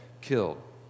killed